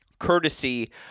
courtesy